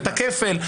את הכפל.